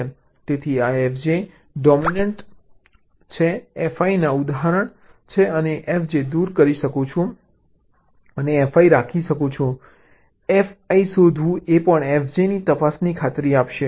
તેથી આ fj dominates fi ના ઉદાહરણ છે અને હું fj દૂર કરી શકું છું અને fi રાખી શકું છું fi શોધવું એ પણ fj ની તપાસની ખાતરી આપશે